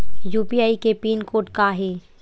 UPI के pin code का हे?